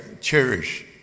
cherish